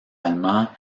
allemand